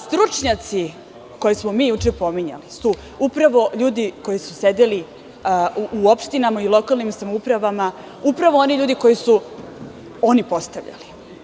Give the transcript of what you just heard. Stručnjaci koje smo juče pominjali su upravo ljudi koji su sedeli u opštinama i u lokalnim samoupravama, koje su oni postavljali.